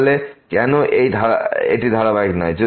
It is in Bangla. তাহলে কেন এটি ধারাবাহিক নয়